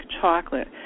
chocolate